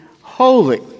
holy